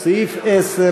ההסתייגויות לסעיף 10,